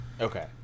Okay